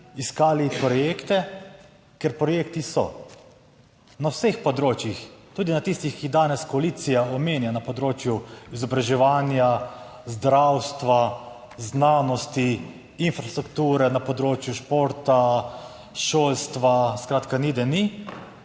iskali projekte, ker projekti so na vseh področjih, tudi na tistih, ki jih danes koalicija omenja, na področju izobraževanja, zdravstva, znanosti, infrastrukture na področju športa, šolstva skratka ni, da ni,